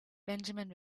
benjamin